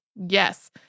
yes